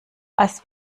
als